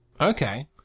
Okay